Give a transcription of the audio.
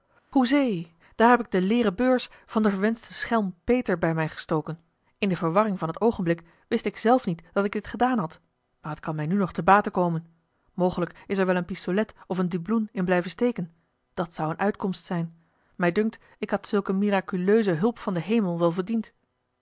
hoezee daar heb ik de leêren beurs van den verwenschten schelm peter bij mij gestoken in de verwarring van het oogenblik wist ik zelf niet dat ik dit gedaan had maar het kan mij nu nog te bate komen mogelijk is er wel een pistolet of een dubloen in blijven steken dat zou een uitkomst zijn mij dunkt ik had zulke mirakuleuse hulp van den hemel wel verdiend